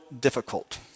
difficult